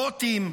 בוטים,